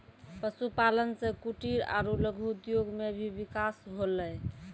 पशुपालन से कुटिर आरु लघु उद्योग मे भी बिकास होलै